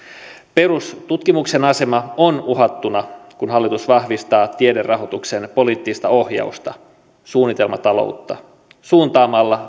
perustutkimuksen asema on uhattuna kun hallitus vahvistaa tiederahoituksen poliittista ohjausta suunnitelmataloutta suuntaamalla